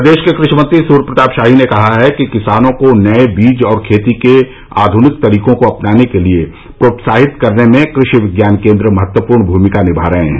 प्रदेश के कृषि मंत्री सूर्य प्रताप शाही ने कहा है कि किसानों को नए बीज और खेती के आधुनिक तरीकों को अपनाने के लिए प्रोत्साहित करने में कृषि विज्ञान केंद्र महत्वपूर्ण भूमिका निभा रहे हैं